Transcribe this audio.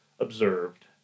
observed